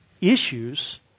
issues